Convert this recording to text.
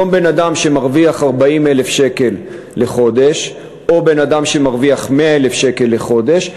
היום בן-אדם שמרוויח 40,000 שקל לחודש ובן-אדם שמרוויח 100,000 לחודש,